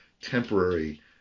temporary